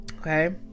Okay